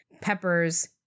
Pepper's